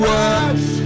words